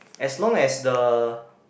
as long as the